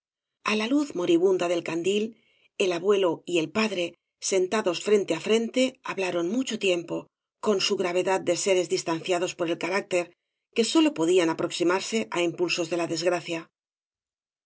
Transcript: a la luz moribunda del candil el abuelo y el padre sentados frente á frente hablaron mu ebo tiempo con su gravedad de seres distanciados por el carácter que sólo podían aproximarse á impulsos de la desgracia